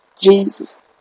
Jesus